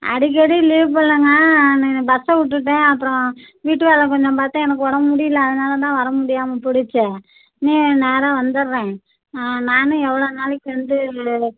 அடிக்கடி லீவு போடலங்க அன்னைக்கு நான் பஸ்ஸை விட்டுட்டேன் அப்புறோம் வீட்டு வேலை கொஞ்சம் பார்த்தேன் எனக்கு உடம்பு முடியல அதனால் தான் வர முடியாமல் போய்டுச்சு இனி நேராக தான் வந்துடுறேன் ஆ நானும் எவ்வளோ நாளைக்கு வந்து